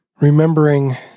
Remembering